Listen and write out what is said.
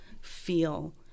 feel